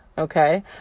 Okay